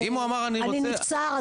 אני נבצר,